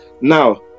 Now